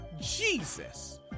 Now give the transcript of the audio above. Jesus